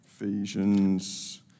Ephesians